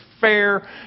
fair